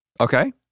okay